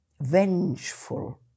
vengeful